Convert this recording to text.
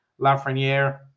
lafreniere